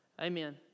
Amen